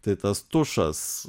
tai tas tušas